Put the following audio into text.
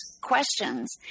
questions